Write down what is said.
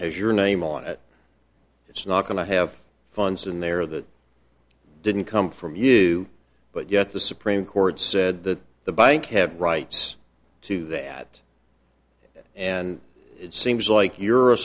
has your name on it it's not going to have funds in there that didn't come from you but yet the supreme court said that the bank have rights to that and it seems like you're a